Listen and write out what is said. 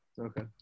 Okay